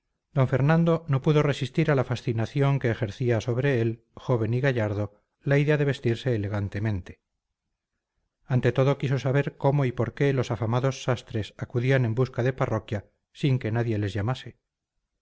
d fernando no pudo resistir a la fascinación que ejercía sobre él joven y gallardo la idea de vestirse elegantemente ante todo quiso saber cómo y por qué los afamados sastres acudían en busca de parroquia sin que nadie les llamase